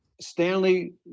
Stanley